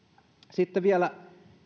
sitten vielä